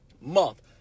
month